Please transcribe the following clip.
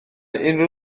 unrhyw